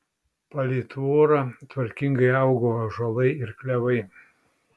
palei tvorą tvarkingai augo ąžuolai ir klevai